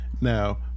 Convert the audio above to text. Now